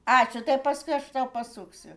ačiū tai paslėpta pasuksiu